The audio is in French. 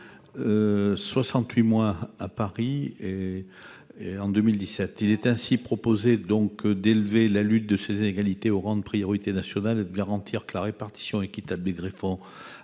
ans à Paris en 2017. Il est proposé d'élever la lutte contre ces inégalités au rang de priorité nationale et de garantir que la répartition équitable des greffons